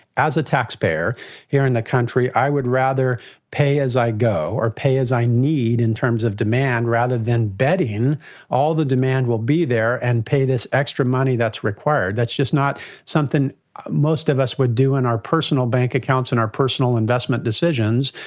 as a taxpayer here in the country, i would rather pay as i go or pay as i need in terms of demand rather than betting all the demand will be there and pay this extra money that's required. that's just not something most of us would do in our personal bank accounts, in our personal investment decisions,